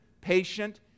patient